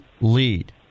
lead